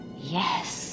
Yes